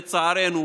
לצערנו,